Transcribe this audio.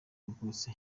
rwose